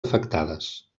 afectades